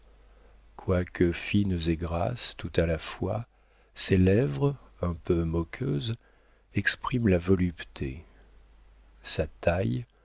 quoique fines et grasses tout à la fois ses lèvres un peu moqueuses expriment la volupté sa taille